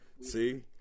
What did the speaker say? See